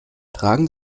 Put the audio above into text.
tragen